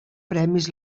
premis